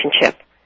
relationship